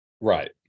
right